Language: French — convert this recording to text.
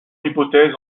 hypothèses